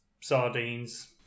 Sardines